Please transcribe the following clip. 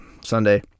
Sunday